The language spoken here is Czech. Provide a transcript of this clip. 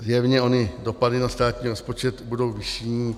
Zjevně ony dopady na státní rozpočet budou vyšší.